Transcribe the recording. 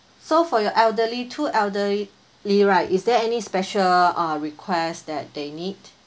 so for your elderly two elderly right is there any special uh request that they need